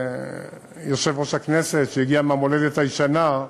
יושב-ראש הכנסת, שהגיע מהמולדת הישנה,